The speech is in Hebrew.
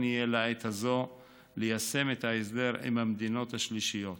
יהיה לעת הזאת ליישם את ההסדר עם המדינות השלישיות.